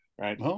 Right